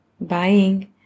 buying